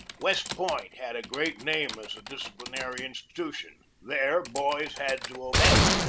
west point had a great name as a disciplinary institution. there boys had to obey.